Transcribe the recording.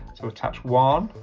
so attach one,